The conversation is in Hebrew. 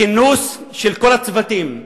כינוס של כל הצוותים,